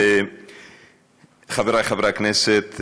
חברי חברי הכנסת,